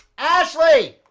ashley!